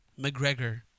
McGregor